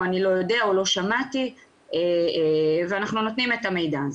או 'אני לא יודע' או 'לא שמעתי' ואנחנו נותנים את המידע הזה.